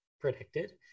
predicted